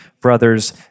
brothers